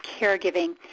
caregiving